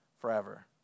forever